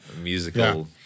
musical